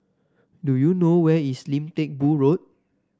do you know where is Lim Teck Boo Road